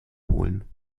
holen